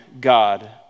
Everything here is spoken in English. God